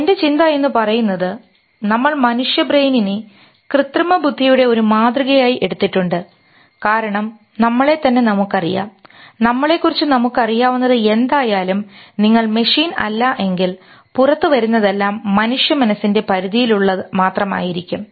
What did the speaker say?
എൻറെ ചിന്ത എന്നു പറയുന്നത് നമ്മൾ മനുഷ്യ ബ്രെയിനിനെ കൃത്രിമബുദ്ധിയുടെ ഒരു മാതൃകയായി എടുത്തിട്ടുണ്ട് കാരണം നമ്മളെത്തന്നെ നമുക്കറിയാം നമ്മളെക്കുറിച്ച് നമുക്കറിയാവുന്നത് എന്തായാലും നിങ്ങൾ മെഷീൻ അല്ലെങ്കിൽ പുറത്തു വരുന്നതെല്ലാം മനുഷ്യ മനസ്സിൻറെ പരിധിയിലുള്ള മാത്രമായിരിക്കും